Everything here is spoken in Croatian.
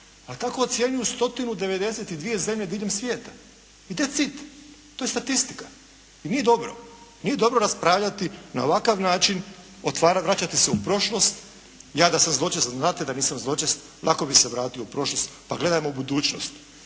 tako ocjenjuju 192 zemlje diljem svijeta i that it. To je statistika. I nije dobro. Nije dobro raspravljati na ovakav način, vraćati se u prošlost. Ja da sam zločest, znate da nisam zločest lako bih se vratio u prošlost, pa gledajmo u budućnost.